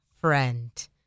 friend